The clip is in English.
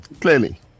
Clearly